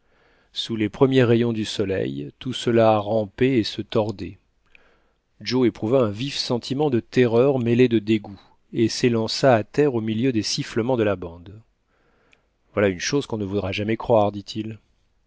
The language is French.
sous les premiers rayons du soleil tout cela rampait et se tordait joe éprouva un vif sentiment de terreur mêlé de dégoût et s'élança à terre au milieu des sifflements de la bande voilà une chose qu'on ne voudra jamais croire dit-il